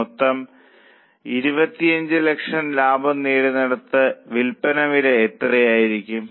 മൊത്തം 2500000 ലാഭം നേടുന്നതിന് വിൽപ്പന വില എത്രയായിരിക്കണം